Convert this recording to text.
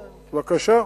בבקשה.